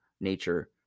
nature